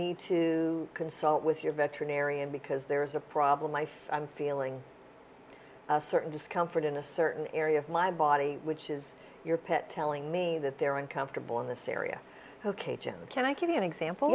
need to consult with your veterinarian because there's a problem i face i'm feeling a certain discomfort in a certain area of my body which is your pet telling me that they're uncomfortable in this area ok jim can i give you an example